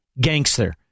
gangster